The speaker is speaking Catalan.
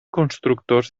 constructors